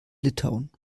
litauen